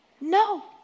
No